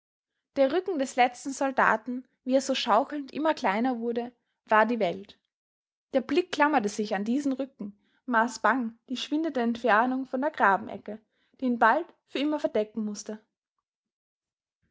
der rücken des letzten soldaten wie er so schaukelnd immer kleiner wurde war die welt der blick klammerte sich an diesen rücken maß bang die schwindende entfernung von der grabenecke die ihn bald für immer verdecken mußte